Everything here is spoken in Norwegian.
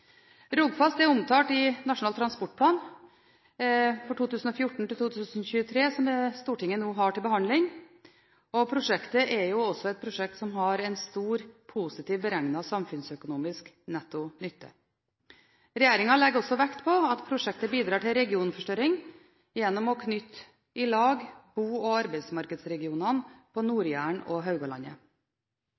Rogfast er omtalt i Nasjonal transportplan 2014–2023, som Stortinget nå har til behandling, og prosjektet er beregnet til å ha stor positiv samfunnsøkonomisk netto nytte. Regjeringen legger også vekt på at prosjektet bidrar til regionforstørring gjennom å knytte sammen bo- og arbeidsmarkedsregionene på Nord-Jæren og Haugalandet.